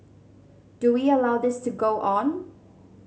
do we allow this to go on